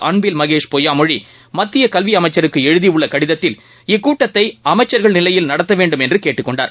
அள்பில் மகேஷ் பொய்யாமொழி மத்தியகல்விஅமைச்சருக்குஎழுதியுள்ளகடிதத்தில் இக்கூட்டத்தைஅமைச்சர்கள் நிலையில் நடத்தவேண்டும் என்றுகேட்டுக் கொண்டார்